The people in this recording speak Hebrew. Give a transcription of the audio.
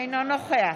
אינו נוכח